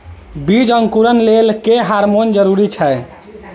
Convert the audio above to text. बीज अंकुरण लेल केँ हार्मोन जरूरी छै?